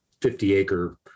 50-acre